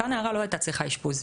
אותה נערה לא הייתה צריכה אשפוז.